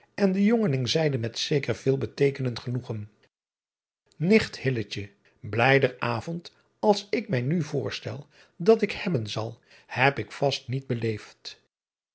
en de jongeling zeide met zeker veel beteekenend genoegen icht lijder avond als ik mij nu voorstel dat ik hebben zal heb ik vast niet beleefd